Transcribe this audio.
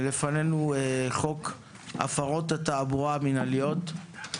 לפנינו חוק הפרות תעבורה מינהליות.